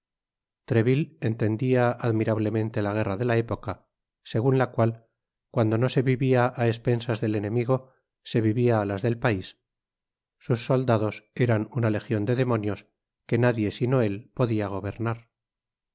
treville entendia admirablemente la guerra de la época segun la cual cuando no se vivia á espensas del enemigo se vivia á las del pais sus soldados eran una legion de demonios que nadie sino él podia gobernar